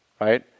Right